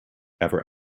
ever